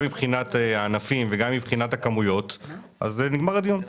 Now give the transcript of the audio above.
אז בעיניי זה גומר את הדיון.